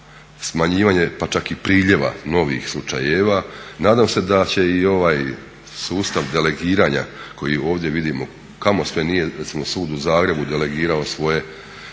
smanjivanje pa čak i priljeva novih slučajeva nadam se da će i ovaj sustav delegiranja koji ovdje vidimo kamo sve nije recimo sud u Zagrebu delegirao svoje slučajeve